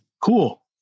Cool